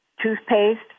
toothpaste